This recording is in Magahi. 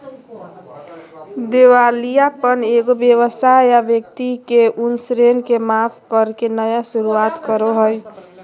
दिवालियापन एगो व्यवसाय या व्यक्ति के उन ऋण के माफ करके नया शुरुआत करो हइ